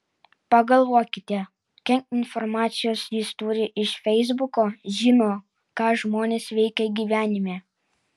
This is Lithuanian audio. pagalvokite kiek informacijos jis turi iš feisbuko žino ką žmonės veikia gyvenime